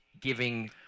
giving